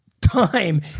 Time